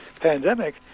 pandemic